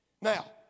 Now